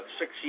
six